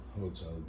hotel